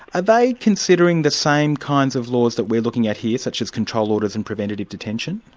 are they considering the same kinds of laws that we're looking at here, such as control orders and preventative detention?